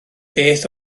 beth